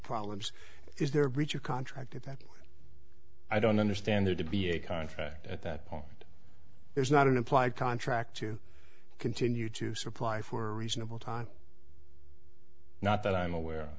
problems is there a breach of contract that i don't understand there to be a contract at that point there is not an implied contract to continue to supply for a reasonable time not that i'm aware